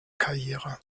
karriere